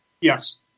Yes